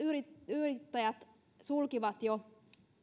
yrittäjät sulkivat jo